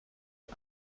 der